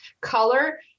color